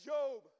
Job